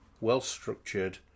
well-structured